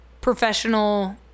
professional